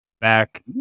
back